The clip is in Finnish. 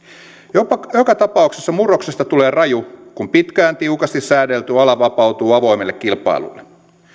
joka tapauksessa murroksesta tulee raju kun pitkään tiukasti säädelty ala vapautuu avoimelle kilpailulle